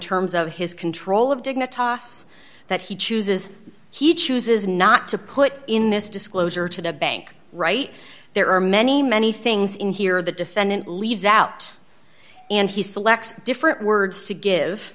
terms of his control of dignitas that he chooses he chooses not to put in this disclosure to the bank right there are many many things in here the defendant leaves out and he selects different words to give